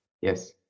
Yes